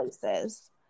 places